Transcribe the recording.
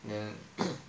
then